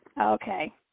Okay